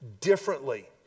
differently